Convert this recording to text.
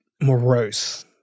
morose